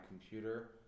computer